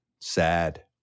sad